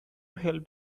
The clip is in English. help